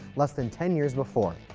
less than ten years before.